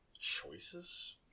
Choices